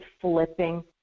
flipping